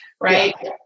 right